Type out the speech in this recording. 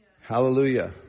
Hallelujah